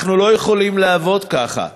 אנחנו לא יכולים לעבוד ככה.